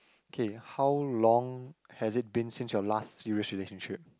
okay how long has it been since your last serious relationship